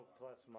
plus